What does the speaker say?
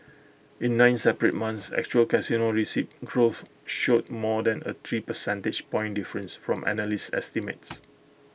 in nine separate months actual casino receipts growth showed more than A three percentage point difference from analyst estimates